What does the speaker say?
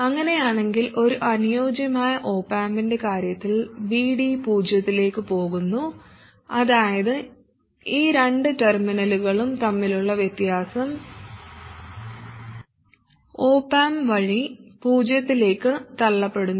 അങ്ങനെയാണെങ്കിൽ ഒരു അനുയോജ്യമായ ഓപ് ആമ്പിൻറെ കാര്യത്തിൽ Vd പൂജ്യത്തിലേക്ക് പോകുന്നു അതായത് ഈ രണ്ട് ടെർമിനലുകളും തമ്മിലുള്ള വ്യത്യാസം ഓപ് ആമ്പ് വഴി പൂജ്യത്തിലേക്ക് തള്ളപ്പെടുന്നു